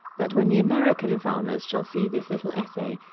that, when the american farmers shall see this little essay,